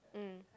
mm